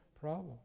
problem